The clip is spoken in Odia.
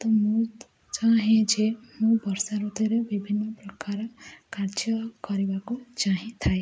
ତ ମୁଁ ଚାହେଁ ଯେ ମୁଁ ବର୍ଷା ଋତୁରେ ବିଭିନ୍ନ ପ୍ରକାର କାର୍ଯ୍ୟ କରିବାକୁ ଚାହିଁଥାଏ